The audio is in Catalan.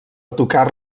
tocar